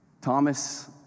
Thomas